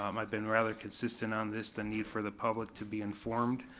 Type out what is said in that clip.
um i've been rather consistent on this, the need for the public to be informed.